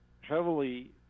heavily